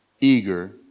eager